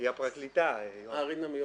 ההגדרה "שטח המסוף הזמני"